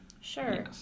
Sure